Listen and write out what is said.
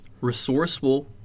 resourceful